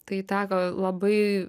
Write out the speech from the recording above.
tai teko labai